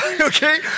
okay